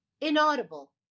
inaudible